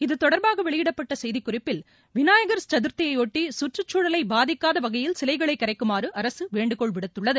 இத்தொடர்பாக வெளியிடப்பட்ட செய்திக்குறிப்பில் விநாயகர் சதர்த்தியையொட்டி சுற்றுச்சூழலை பாதிக்காத வகையில் சிலைகளை கரைக்குமாறு அரசு வேண்டுகோள் விடுத்துள்ளது